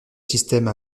système